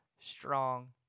strong